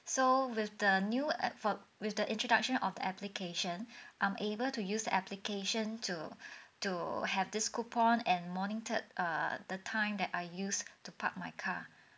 so with the new uh for with the introduction of application I'm able to use the application to to have this coupon and monitor err the time that I used to park my car